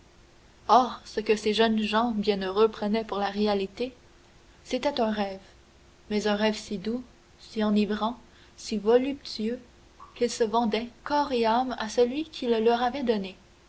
or ce que ces jeunes gens bienheureux prenaient pour la réalité c'était un rêve mais un rêve si doux si enivrant si voluptueux qu'ils se vendaient corps et âme à celui qui le leur avait donné